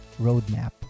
roadmap